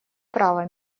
права